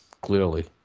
clearly